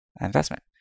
Investment